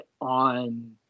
on